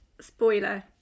spoiler